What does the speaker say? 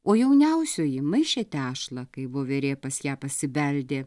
o jauniausioji maišė tešlą kai voverė pas ją pasibeldė